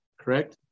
correct